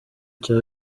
cya